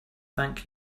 thank